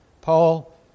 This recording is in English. Paul